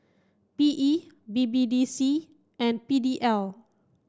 P E B B D C and P D L